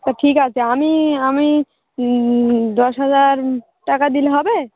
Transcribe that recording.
তা ঠিক আছে আমি আমি দশ হাজার টাকা দিলে হবে